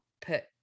put